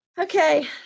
Okay